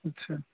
اچھا